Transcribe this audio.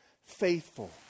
faithful